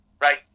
right